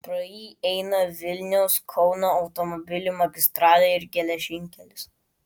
pro jį eina vilniaus kauno automobilių magistralė ir geležinkelis